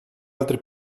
altri